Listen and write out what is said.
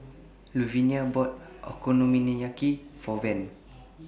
Luvinia bought Okonomiyaki For Von